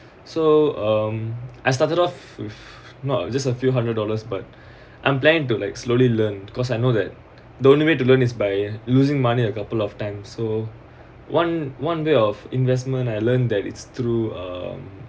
so um I started off with not just a few hundred dollars but I'm planning to like slowly learn cause I know that the only way to learn is by losing money a couple of time so one one way of investment I learnt that it's true um